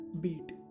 beat